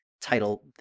title